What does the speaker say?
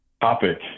topic